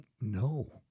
no